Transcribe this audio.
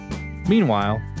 Meanwhile